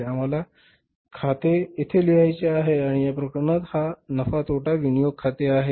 आम्हाला खाते येथे लिहायचे आहे आणि या प्रकरणात हा नफा तोटा विनियोग खाते आहे